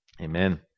Amen